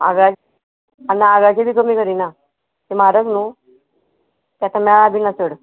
आगळ्या ना आगळाची बी कमी करिना ते म्हारग न्हू ते मेळा बी ना चड